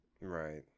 Right